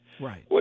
Right